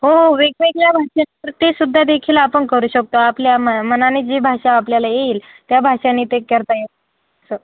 हो वेगवेगळ्या भाषेत तर तेसुद्धादेखील आपण करू शकतो आपल्या म मनाने जी भाषा आपल्याला येईल त्या भाषेने ते करता येतं असं